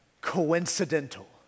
coincidental